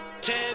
Ten